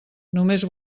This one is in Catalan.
només